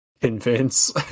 convince